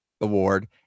award